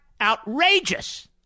outrageous